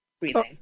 breathing